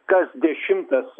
kas dešimtas